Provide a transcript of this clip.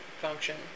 function